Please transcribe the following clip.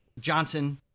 Johnson